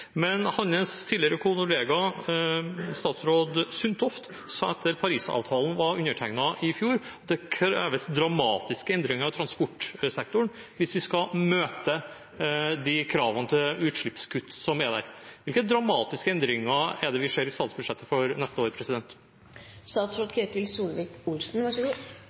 Men hans tidligere kollega statsråd Sundtoft sa da Paris-avtalen var undertegnet i fjor, at det kreves dramatiske endringer i transportsektoren hvis vi skal møte de kravene til utslippskutt som er der. Hvilke dramatiske endringer er det vi ser i statsbudsjettet for neste år?